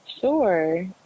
Sure